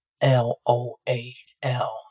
L-O-A-L